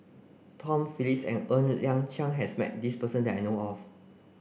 Tom Phillips and Ng Liang Chiang has met this person that I know of